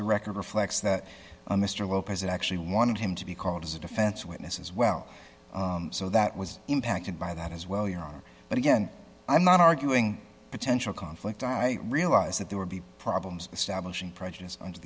the record reflects that mr lopez actually wanted him to be called as a defense witness as well so that was impacted by that as well your honor but again i'm not arguing potential conflict i realize that there would be problems establishing prejudice und